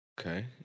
Okay